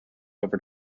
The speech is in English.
over